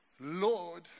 Lord